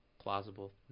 plausible